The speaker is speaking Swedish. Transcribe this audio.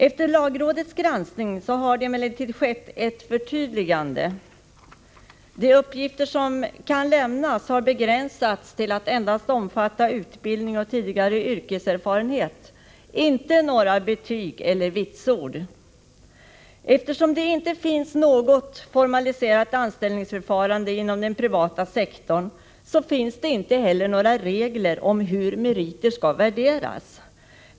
Efter lagrådets granskning har det emellertid skett ett förtydligande. De uppgifter som kan lämnas har begränsats till att endast omfatta utbildning och tidigare yrkeserfarenhet — inte några betyg eller vitsord. Eftersom det inte finns något formaliserat anställningsförfarande inom den privata sektorn finns det inte heller några regler om hur meriter skall värderas.